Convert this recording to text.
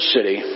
City